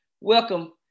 welcome